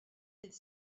dydd